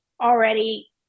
already